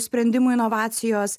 sprendimų inovacijos